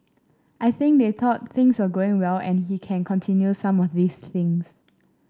I think they thought things were going well and he can continue some of these things